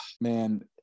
man